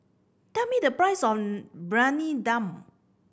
tell me the price of Briyani Dum